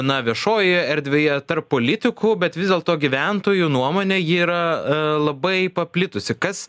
na viešojoje erdvėje tarp politikų bet vis dėlto gyventojų nuomone ji yra labai paplitusi kas